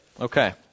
Okay